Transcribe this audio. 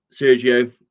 sergio